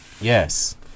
yes